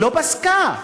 לא פסקה.